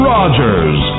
Rogers